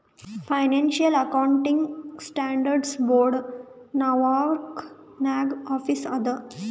financial accounting standard board Norwalk ನಾಗ್ office ಅದಾ